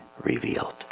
revealed